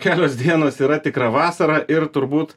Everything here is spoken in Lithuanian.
kelios dienos yra tikra vasara ir turbūt